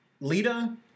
Lita